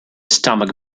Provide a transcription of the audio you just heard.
stomach